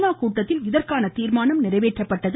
நா கூட்டத்தில் இதற்கான தீர்மானம் நிறைவேற்றப்பட்டது